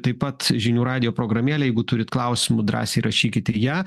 taip pat žinių radijo programėlė jeigu turit klausimų drąsiai rašykit į ją